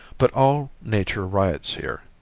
but all nature riots here.